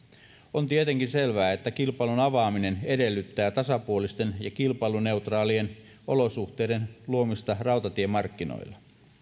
on tietenkin selvää että kilpailun avaaminen edellyttää tasapuolisten ja kilpailuneutraalien olosuhteiden luomista rautatiemarkkinoille